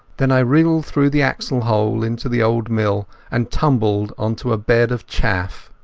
then i wriggled through the axle hole into the old mill and tumbled on to a bed of chaff.